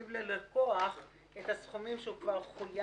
סעיף קטן (ג) מציע שהמנפיק ישיב ללקוח את הסכומים שהוא כבר חויב,